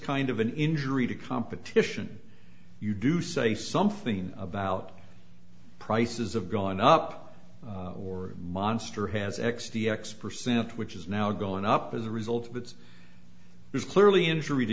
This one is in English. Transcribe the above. kind of an injury to competition you do say something about prices have gone up or monster has x t x percent which is now going up as a result that is clearly injury to